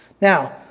Now